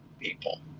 people